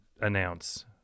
announce